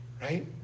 right